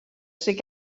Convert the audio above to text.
sydd